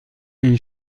این